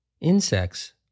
Insects